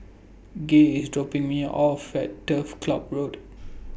Gay IS dropping Me off At Turf Ciub Road